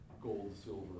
gold-silver